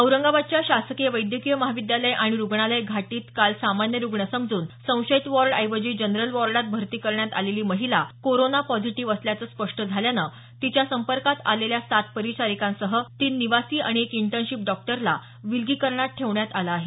औरंगाबादच्या शासकीय वैद्यकीय महाविद्यालय आणि रुग्णालय घाटीत काल सामान्य रुग्ण समजून संशयित वॉर्ड ऐवजी जनरल वॉर्डात भरती करण्यात आलेली महिला कोरोना पॉझिटिव्ह असल्याचं स्पष्ट झाल्यानं तीच्या संपर्कात आलेल्या सात परिचारिकांसह तीन निवासी आणि एक इंटर्नशीप डॉक्टरला विलगीकरणात ठेवण्यात आलं आहे